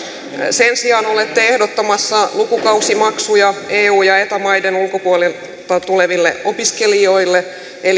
sen sijaan olette ehdottamassa lukukausimaksuja eu ja eta maiden ulkopuolelta tuleville opiskelijoille